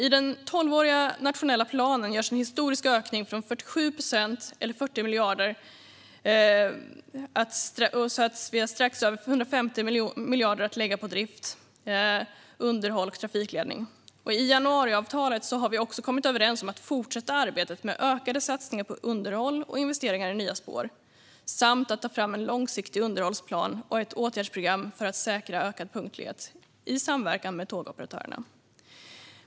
I den tolvåriga nationella planen görs en historisk ökning på 47 procent, eller 40 miljarder, så vi har strax över 150 miljarder att lägga på drift, underhåll och trafikledning. I januariavtalet har vi också kommit överens om att fortsätta arbetet med ökade satsningar på underhåll och investeringar i nya spår samt att ta fram en långsiktig underhållsplan och ett åtgärdsprogram för att säkra ökad punktlighet i samverkan med tågoperatörerna.